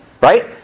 right